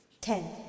Ten